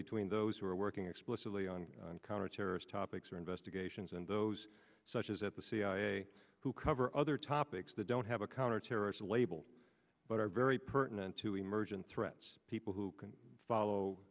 between those who are working explicitly on counterterrorist topics or investigations and those such as at the cia who cover other topics that don't have a counterterrorism label but are very pertinent to emergent threats people who can follow